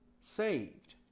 saved